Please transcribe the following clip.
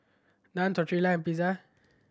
Naan Tortilla and Pizza